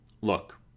Look